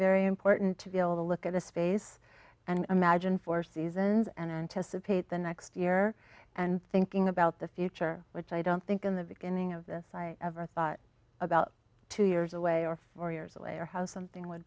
very important to be able to look at the space and imagine four seasons and anticipate the next year and thinking about the future which i don't think in the beginning of this i ever thought about two years away or four years away or how something would